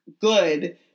good